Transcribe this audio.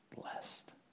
blessed